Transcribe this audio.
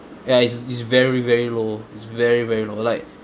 ya is is very very low is very very low like